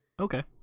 Okay